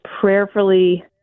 prayerfully